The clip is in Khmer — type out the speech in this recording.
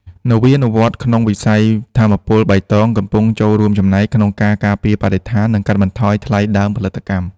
នវានុវត្តន៍ក្នុងវិស័យថាមពលបៃតងកំពុងចូលរួមចំណែកក្នុងការការពារបរិស្ថាន និងកាត់បន្ថយថ្លៃដើមផលិតកម្ម។